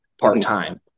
part-time